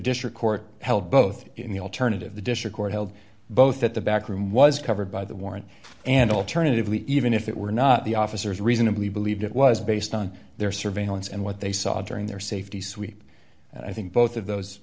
district court held both in the alternative the district court held both that the back room was covered by the warrant and alternatively even if it were not the officers reasonably believed it was based on their surveillance and what they saw during their safety sweep i think both of those